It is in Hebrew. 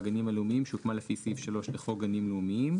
והגנים הלאומיים שהוקמה לפי סעיף 3 לחוק גנים לאומיים,